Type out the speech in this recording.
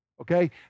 Okay